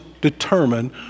determine